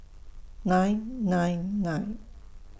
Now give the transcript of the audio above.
nine nine nine